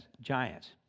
giants